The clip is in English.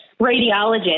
radiologist